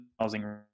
housing